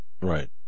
Right